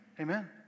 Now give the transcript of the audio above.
Amen